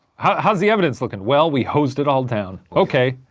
how's how's the evidence looking? well, we hosed it all down. okay.